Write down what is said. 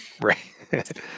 Right